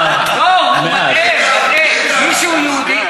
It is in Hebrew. תראה, אני מוכן, מי שהוא יהודי,